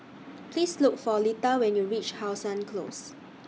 Please Look For Leta when YOU REACH How Sun Close